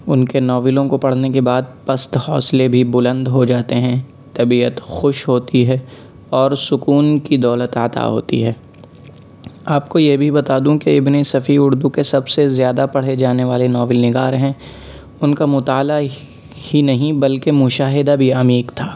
اُن کے ناولوں کو پڑھنے کے بعد پست حوصلے بھی بلند ہو جاتے ہیں طبیعت خوش ہوتی ہے اور سکون کی دولت عطا ہوتی ہے آپ کو یہ بھی بتا دوں کہ ابنِ صفی اردو کے سب سے زیادہ پڑھے جانے والے ناول نگار ہیں اُن کا مطالعہ ہی نہیں بلکہ مشاہدہ بھی عمیق تھا